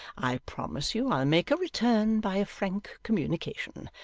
i promise you i'll make a return by a frank communication.